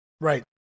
Right